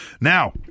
Now